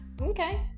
Okay